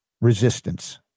resistance